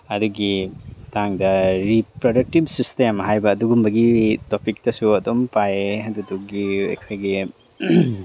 ꯑꯗꯨꯒꯤ ꯃꯇꯥꯡꯗ reproductive system ꯍꯥꯏꯕ ꯑꯗꯨꯒꯨꯝꯕꯒꯤ ꯇꯣꯄꯤꯛꯇꯁꯨ ꯑꯗꯨꯝ ꯄꯥꯏꯌꯦ ꯑꯗꯨꯗꯨꯒꯤ ꯑꯩꯈꯣꯏꯒꯤ